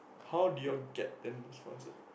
how do you all get them to sponsor